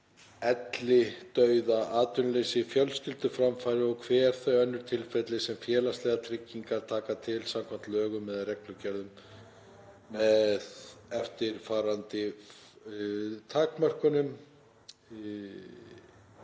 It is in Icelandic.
elli, dauða, atvinnuleysi, fjölskylduframfæri og hver þau önnur tilfelli, sem félagslegar tryggingar taka til samkvæmt lögum eða reglugerðum) með eftirtöldum takmörkunum